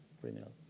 criminal